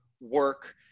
work